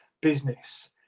business